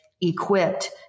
equipped